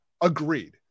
agreed